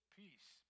peace